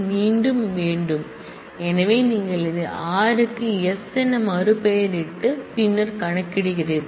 மீண்டும் வேண்டும் எனவே நீங்கள் இதை r க்கு s என மறுபெயரிட்டு பின்னர் கணக்கிடுகிறீர்கள்